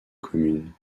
commune